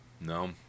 No